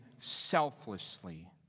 selflessly